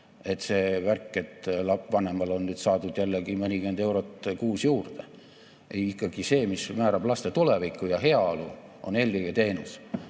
See värk, et vanemal on saadud jällegi mõnikümmend eurot kuus juurde. Ikkagi see, mis määrab laste tuleviku ja heaolu, on eelkõige teenus,